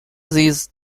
these